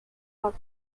not